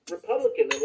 Republican